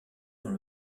dans